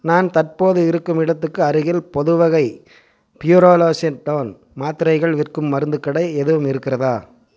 நான் தற்போது இருக்கும் இடத்துக்கு அருகில் பொதுவகை ஃப்யூரோலோசின்டோன் மாத்திரைகள் விற்கும் மருந்து கடை எதுவும் இருக்கிறதா